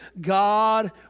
God